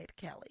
Kelly